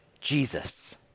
Jesus